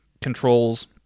controls